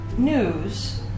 news